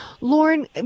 Lauren